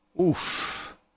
oof